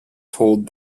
told